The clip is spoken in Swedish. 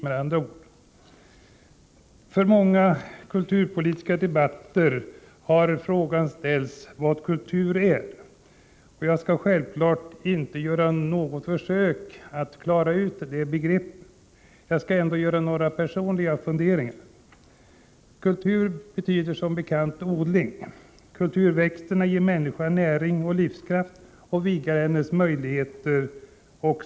I många kulturpolitiska debatter har man ställt frågan vad kultur är. Jag skall självfallet inte göra något försök att klara ut detta begrepp, men jag vill redovisa ett antal personliga funderingar. Kultur betyder som bekant odling. Kulturväxter ger människan näring och livskraft, vidgar hennes möjligheter.